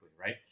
right